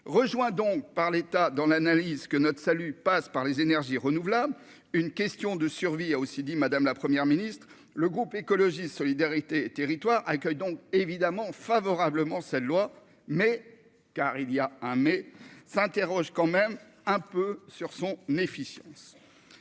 rejoint donc par l'État dans l'analyse que notre salut passe par les énergies renouvelables, une question de survie, a aussi dit madame la première ministre le groupe écologiste solidarité territoire accueil donc évidemment favorablement cette loi mais car il y a un mais, s'interroge quand même un peu sur son efficience